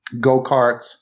go-karts